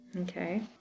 Okay